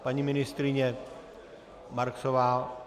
Paní ministryně Marksová.